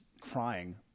crying